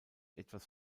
etwas